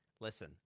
listen